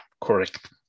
correct